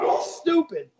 stupid